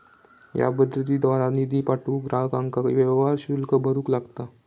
या पद्धतीद्वारा निधी पाठवूक ग्राहकांका व्यवहार शुल्क भरूक लागता